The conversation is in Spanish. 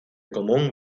común